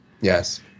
Yes